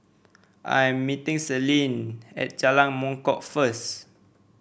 I'm meeting Selene at Jalan Mangkok first